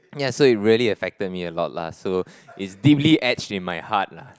yeah so it really affected me a lot lah so is deeply etched in my heart lah